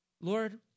Lord